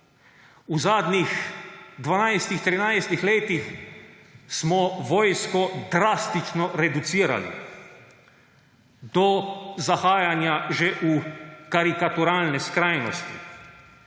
V zadnjih 12, 13 letih smo vojsko drastično reducirali do zahajanja že v karikaturalne skrajnosti.